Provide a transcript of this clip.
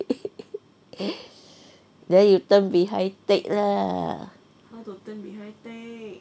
then you turn behind take lah